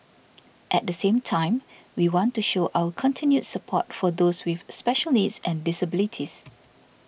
at the same time we want to show our continued support for those with special needs and disabilities